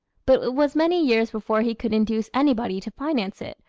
but it was many years before he could induce anybody to finance it,